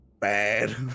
bad